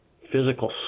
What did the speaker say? physical